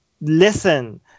listen